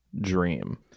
dream